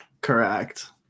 Correct